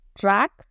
track